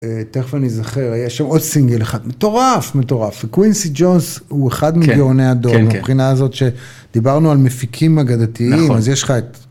תכף אני זוכר היה שם עוד סינגל אחד מטורף מטורף וקווינסי ג'ונס הוא אחד מגאוני הדור מבחינה הזאת שדיברנו על מפיקים אגדתיים אז יש לך את.